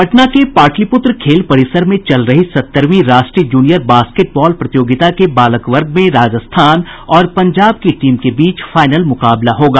पटना के पाटलिपुत्र खेल परिसर में चल रही सत्तरवीं राष्ट्रीय जूनियर बास्केटबॉल प्रतियोगिता के बालक वर्ग में राजस्थान और पंजाब की टीम के बीच फाइनल मुकाबला होगा